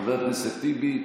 חבר הכנסת טיבי,